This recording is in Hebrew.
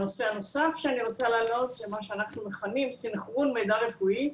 הנושא הנוסף שאני רוצה להעלות זה מה שאנחנו מכנים סנכרון מידע רפואי,